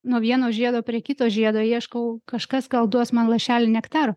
nuo vieno žiedo prie kito žiedo ieškau kažkas gal duos man lašelį nektaro